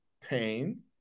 pain